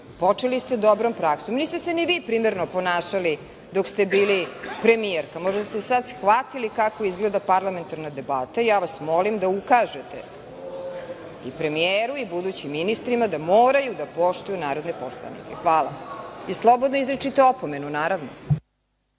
ste dobrom praksom. Niste se ni vi primerno ponašali dok ste bili premijerka. Možda ste sada shvatili kako izgleda parlamentarna debata. Ja vas molim da ukažete i premijeru i budućim ministrima da moraju da poštuju narodne poslanike. Hvala. Naravno, slobodno izričite opomenu. **Ana